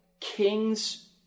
kings